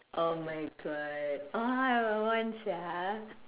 oh my God oh I want sia